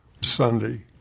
Sunday